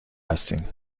هستین